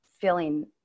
feeling